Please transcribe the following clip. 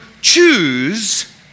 choose